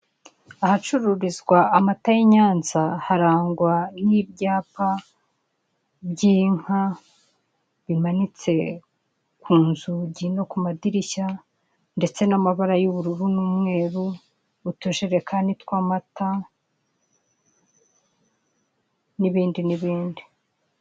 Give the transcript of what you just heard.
Ahacururizwa amata y'i Nyanza harangwa n'ibyapa by'inka bimanitse ku nzugi no ku madirishya, ndetse n'amabara y'ubururu n'umweru, utujerekani tw'amata, n'ibindi n'ibindi.